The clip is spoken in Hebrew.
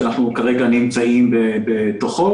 שאנחנו כרגע נמצאים בתוכו,